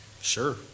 Sure